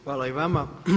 Hvala i vama.